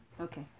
Okay